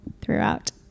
throughout